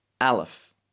aleph